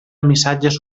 missatges